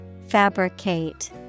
Fabricate